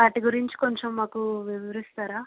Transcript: వాటి గురించి కొంచెం మాకు వివరిస్తారా